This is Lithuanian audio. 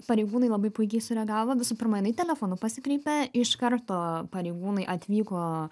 pareigūnai labai puikiai sureagavo visų pirma jinai telefonu pasikreipė iš karto pareigūnai atvyko